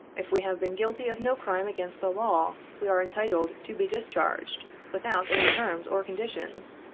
if we have been guilty of no crime against the law, we are entitled to be discharged, without any terms or conditions,